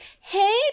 hey